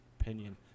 opinion